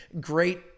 great